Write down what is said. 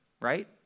right